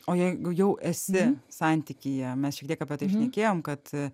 o jeigu jau esi santykyje mes šiek tiek apie tai šnekėjom kad